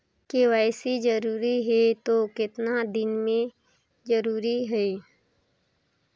KYC जरूरी हे तो कतना दिन मे जरूरी है?